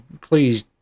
Please